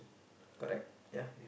correct ya